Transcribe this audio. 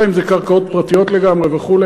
אלא אם זה קרקעות פרטיות לגמרי וכו',